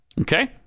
Okay